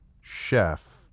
chef